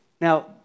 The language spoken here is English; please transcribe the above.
Now